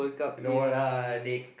no lah they